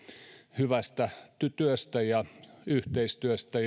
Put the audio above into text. hyvästä työstä ja yhteistyöstä